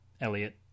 Elliot